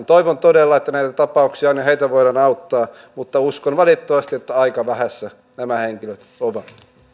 toivon todella että näitä tapauksia on ja heitä voidaan auttaa mutta uskon valitettavasti että aika vähissä nämä henkilöt ovat